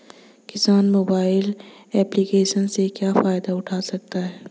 किसान mobile application से क्या फायदा उठा सकता है?